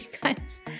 guys